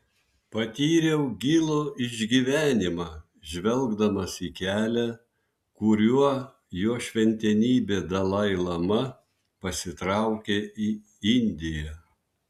patyriau gilų išgyvenimą žvelgdamas į kelią kuriuo jo šventenybė dalai lama pasitraukė į indiją